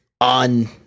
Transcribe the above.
on